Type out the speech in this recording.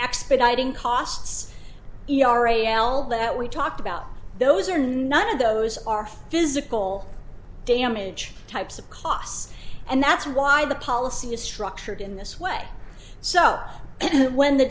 expediting costs are a l that we talked about those are none of those are physical damage types of costs and that's why the policy is structured in this way so when the